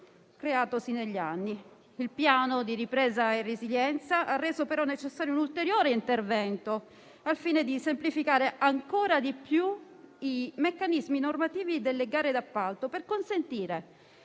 creatosi negli anni. Il Piano nazionale di ripresa e resilienza ha reso, però, necessario un ulteriore intervento, al fine di semplificare ancora di più i meccanismi normativi delle gare d'appalto, per consentire